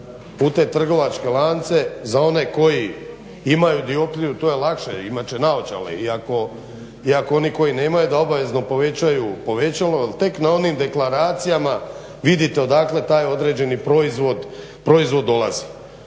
u te trgovačke lance za one koji dioptriju to je lakše, imat će naočale iako oni koji nemaju da obavezno povećaju povećalo jer tek na onim deklaracijama vidite odakle taj određeni proizvod dolazi.